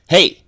Hey